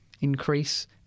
Increase